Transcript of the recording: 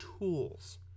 tools